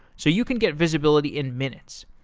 so you can get visibility in minutes.